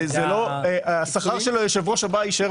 זה יהיה.